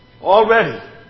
already